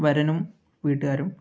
വരനും വീട്ടുകാരും